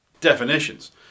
definitions